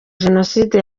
jenoside